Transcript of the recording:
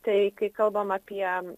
tai kai kalbam apie